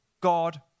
God